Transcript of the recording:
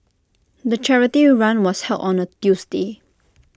the charity run was held on A Tuesday